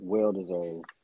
Well-deserved